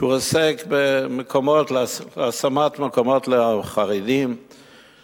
שעוסק בהשמת חרדים במקומות עבודה.